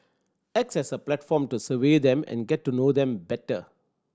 acts as a platform to survey them and get to know them better